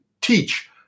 teach